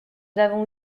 avons